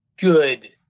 good